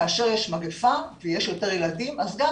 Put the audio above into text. כאשר יש מגיפה ויש יותר ילדים אז גם